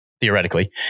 theoretically